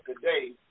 today